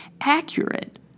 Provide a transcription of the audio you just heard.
accurate